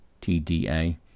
T-D-A